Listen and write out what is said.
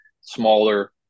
smaller